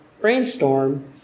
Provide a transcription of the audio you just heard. brainstorm